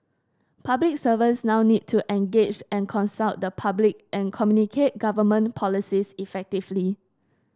public servants now need to engage and consult the public and communicate government policies effectively